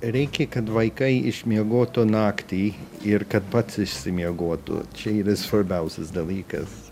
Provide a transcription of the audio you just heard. reikia kad vaikai išmiegotų naktį ir kad pats išsimiegotų čia yra svarbiausias dalykas